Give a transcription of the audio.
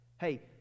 Hey